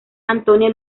antonia